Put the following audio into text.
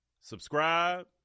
Subscribe